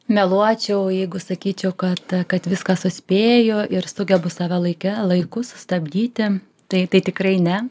meluočiau jeigu sakyčiau kad kad viską suspėju ir sugebu save laike laiku sustabdyti tai tai tikrai ne